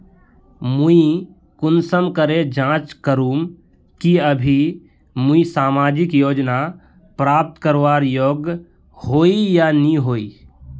मुई कुंसम करे जाँच करूम की अभी मुई सामाजिक योजना प्राप्त करवार योग्य होई या नी होई?